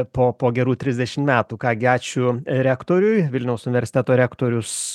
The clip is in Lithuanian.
po po gerų trisdešim metų ką gi ačiū rektoriui vilniaus universiteto rektorius